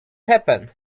happen